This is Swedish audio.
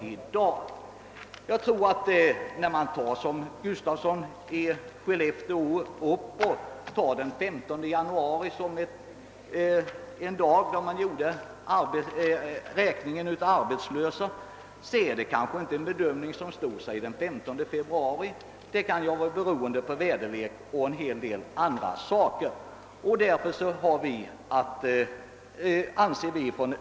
Om man i likhet med herr Gustafsson i Skellefteå gör en bedömning på grundval av antalet arbetslösa den 15 januari, föreligger risk för att denna beräkning inte står sig den 15 februari. Arbetslösheten i januari kan ha påverkats av väderleksförhållanden och en hel del andra saker.